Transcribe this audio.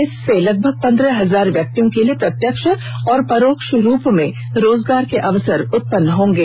इससे लगभग पन्द्रह हजार व्यक्तियों के लिए प्रत्यक्ष और परोक्ष रूप में रोजगार के अवसर उत्पन होंगे